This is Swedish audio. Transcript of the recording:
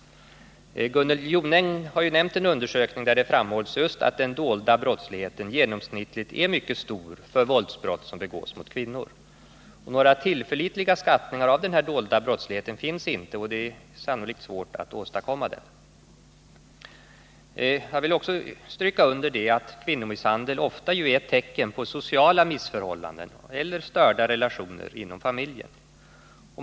Gunnel Jonäng har nämnt en undersökning där det framhålls just att den dolda brottsligheten genomsnittligt är mycket stor när det gäller våld som begås mot kvinnor. Några tillförlitliga skattningar av denna dolda brottslighet finns inte och torde sannolikt endast med svårighet kunna åstadkommas. Jag vill också stryka under att kvinnomisshandel ofta är ett tecken på sociala missförhållanden eller störda relationer inom familjen.